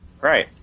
Right